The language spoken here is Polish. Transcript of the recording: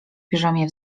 piżamie